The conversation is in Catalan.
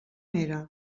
era